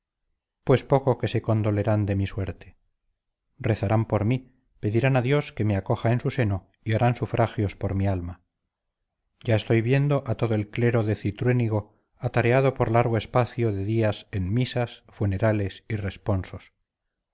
pues poco que se condolerán de mi suerte rezarán por mí pedirán a dios que me acoja en su seno y harán sufragios por mi alma ya estoy viendo a todo el clero de cintruénigo atareado por largo espacio de días en misas funerales y responsos